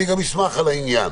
אני גם אשמח על העניין.